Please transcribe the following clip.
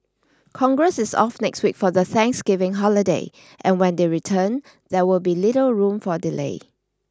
Congress is off next week for the Thanksgiving holiday and when they return there will be little room for delay